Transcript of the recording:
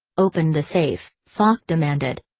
open the safe, fache demanded.